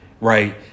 right